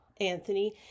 Anthony